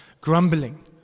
Grumbling